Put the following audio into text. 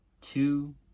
Two